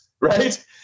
Right